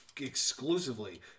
exclusively